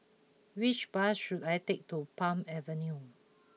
which bus should I take to Palm Avenue